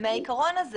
מהעיקרון הזה